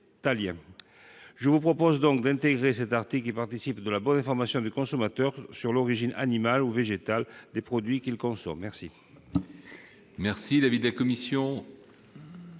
Je vous propose donc d'intégrer à ce texte un article qui participe de la bonne information du consommateur sur l'origine, animale ou végétale, des produits qu'il consomme. Quel est